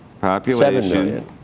population